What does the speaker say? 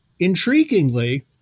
Intriguingly